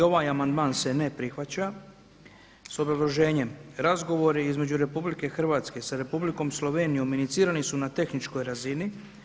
I ovaj amandman se ne prihvaća s obrazloženjem razgovori između RH sa Republikom Slovenijom inicirani su na tehničkoj razini.